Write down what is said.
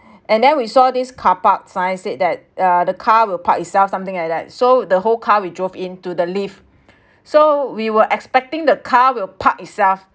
and then we saw this car park sign said that uh the car will park itself something like that so the whole car we drove into the lift so we were expecting the car will park itself